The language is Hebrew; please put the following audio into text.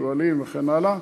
שועלים וכן הלאה.